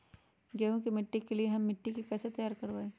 गेंहू की खेती के लिए हम मिट्टी के कैसे तैयार करवाई?